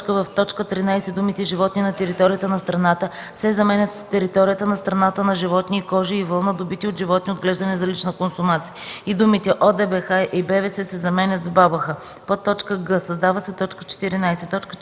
в т. 13 думите „животни на територията на страната” се заменят с „територията на страната на животни и кожи и вълна, добити от животни, отглеждани за лична консумация” и думите „ОДБХ и БВС” се заменят с „БАБХ”; г) създава се т. 14: